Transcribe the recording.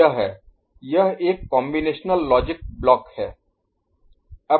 यह है यह एक कॉम्बिनेशनल लॉजिक ब्लॉक है